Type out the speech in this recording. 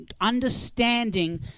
understanding